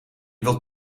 wilt